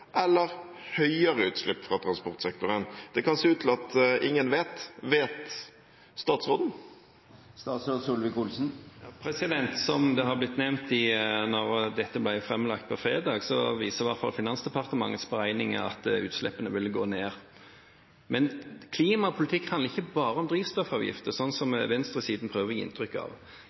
eller høyere utslipp fra transportsektoren. Det kan se ut til at ingen vet. Vet statsråden? Som det ble nevnt da dette ble framlagt på fredag, viser i hvert fall Finansdepartementets beregninger at utslippene vil gå ned. Men klimapolitikk handler ikke bare om drivstoffavgifter, sånn som venstresiden prøver å gi inntrykk av.